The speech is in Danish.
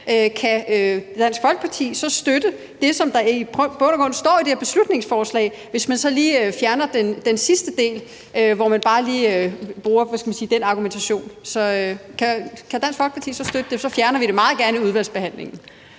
så støtte det, der i bund og grund står i det her beslutningsforslag, hvis vi lige fjerner den sidste del, som man bruger som argumentation mod det? Kan Dansk Folkeparti så støtte det? Så fjerner vi meget gerne den del i udvalgsbehandlingen.